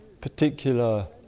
particular